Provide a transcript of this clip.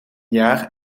jaar